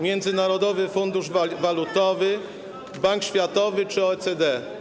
Międzynarodowy Fundusz Walutowy, Bank Światowy czy OECD.